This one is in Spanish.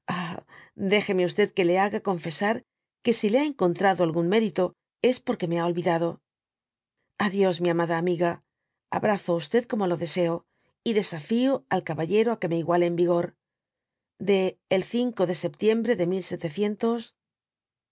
déjeme que le haga confesar que si le ha encontrado algún mérito es porque me ha olvidado adios mi amada amiga abrazo á como lo deseo y desafío al cabal lero á que me iguale en vigor de el de septiembre de